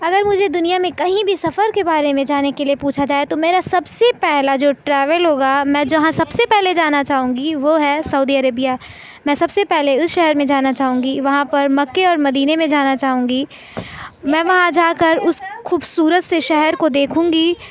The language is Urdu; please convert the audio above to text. اگر مجھے دنیا میں کہیں بھی سفر کے بارے میں جانے کے لیے پوچھا جائے تو میرا سب سے پہلا جو ٹراویل ہوگا میں جہاں سب سے پہلے جانا چاہوں گی وہ ہے سعودی عربیہ میں سب سے پہلے اس شہر میں جانا چاہوں گی وہاں پر مکے اور مدینے میں جانا چاہوں گی میں وہاں جا کر اس خوبصورت سے شہر کو دیکھوں گی